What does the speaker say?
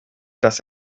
das